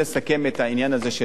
העניין הזה של המחאה.